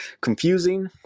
confusing